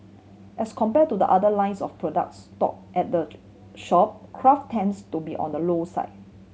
as compare to the other lines of products stock at the shop craft tends to be on the low side